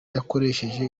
yakoresheje